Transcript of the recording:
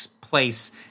place